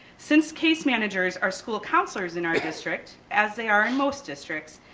since case managers are school counselors in our district, as they are in most districts,